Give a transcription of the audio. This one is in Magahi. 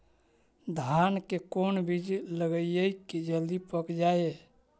धान के कोन बिज लगईयै कि जल्दी पक जाए?